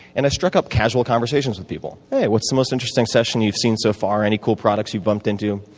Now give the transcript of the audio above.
and i struck up casual conversations with people hey, what's the most interesting session you've seen so far? any cool products you've bumped into?